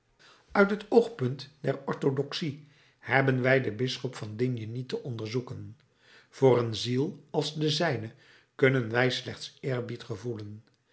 uit het oogpunt der orthodoxie hebben wij den bisschop van digne niet te onderzoeken voor een ziel als de zijne kunnen wij slechts eerbied gevoelen